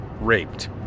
raped